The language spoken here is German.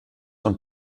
und